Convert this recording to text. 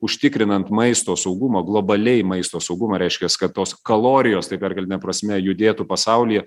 užtikrinant maisto saugumą globaliai maisto saugumą reiškias kad tos kalorijos taip perkeltine prasme judėtų pasaulyje